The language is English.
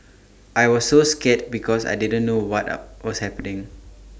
I was so scared because I didn't know what up was happening